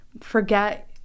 forget